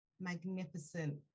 magnificent